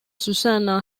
susanna